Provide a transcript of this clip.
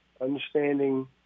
understanding